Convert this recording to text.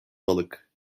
balık